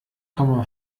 komma